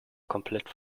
komplett